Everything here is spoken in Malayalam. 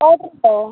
ഓർഡർ ഇട്ടോ